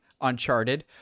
Uncharted